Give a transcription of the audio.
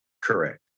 Correct